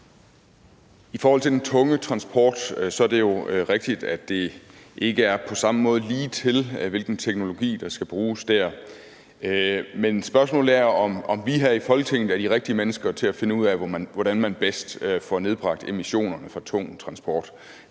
I forhold til den tunge transport er det jo rigtigt, at det ikke på samme måde er ligetil, hvilken teknologi der skal bruges der. Men spørgsmålet er, om vi her i Folketinget er de rigtige mennesker til at finde ud af, hvordan man bedst får nedbragt emissionerne fra tung transport.